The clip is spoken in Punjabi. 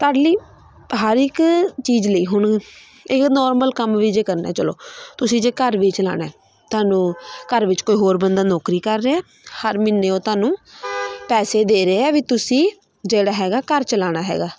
ਤੁਹਾਡੇ ਲਈ ਹਰ ਇੱਕ ਚੀਜ਼ ਲਈ ਹੁਣ ਇਹ ਨੋਰਮਲ ਕੰਮ ਵੀ ਜੇ ਕਰਨਾ ਚਲੋ ਤੁਸੀਂ ਜੇ ਘਰ ਵੀ ਚਲਾਉਣਾ ਤੁਹਾਨੂੰ ਘਰ ਵਿੱਚ ਕੋਈ ਹੋਰ ਬੰਦਾ ਨੌਕਰੀ ਕਰ ਰਿਹਾ ਹਰ ਮਹੀਨੇ ਉਹ ਤੁਹਾਨੂੰ ਪੈਸੇ ਦੇ ਰਿਹਾ ਵੀ ਤੁਸੀਂ ਜਿਹੜਾ ਹੈਗਾ ਘਰ ਚਲਾਉਣਾ ਹੈਗਾ